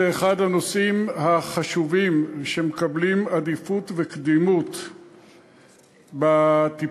זה אחד הנושאים החשובים שמקבלים עדיפות וקדימות בטיפול.